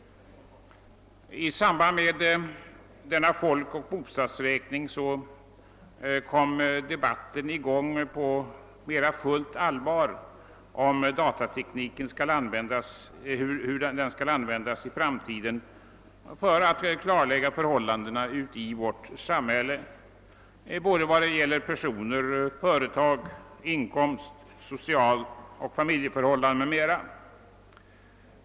I samband med denna folkoch bostadsräkning kom debatten i gång på mera fullt allvar om hur datatekniken skall användas i framtiden för att klarlägga förhållandena i vårt samhälle vad beträffar person-, företagsoch inkomstförhållanden samt sociala förhållanden, familjeförhållanden m.m.